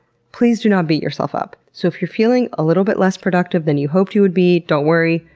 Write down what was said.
please do not beat yourself up. so if you're feeling a little bit less productive than you hoped you would be, don't worry,